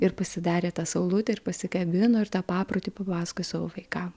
ir pasidarė tą saulutę ir pasikabino ir tą paprotį papasakojo savo vaikam